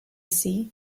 see